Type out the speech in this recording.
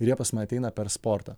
ir jie pas mane ateina per sportą